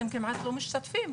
הם כמעט לא משתתפים,